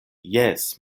jes